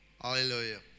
hallelujah